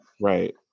Right